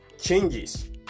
changes